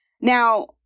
Now